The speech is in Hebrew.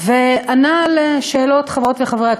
וענה על שאלות חברות וחברי הכנסת.